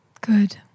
Good